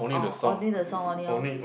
orh only the song only orh